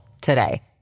today